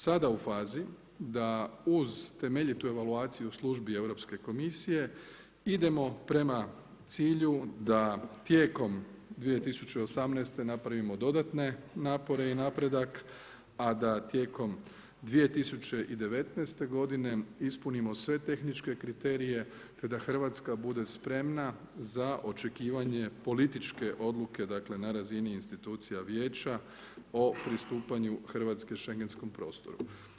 Sada u fazi da uz temeljitu evaluaciju službi Europske komisije, idemo prema cilju da tijekom 2018. napravimo dodatne napore i napredak, a da tijekom 2019. ispunimo sve tehničke kriterije, kada Hrvatska bude spremana za očekivanje političke odluke, dakle, na razini institucije vijeće o pristupanju Hrvatske Schengenskom prostoru.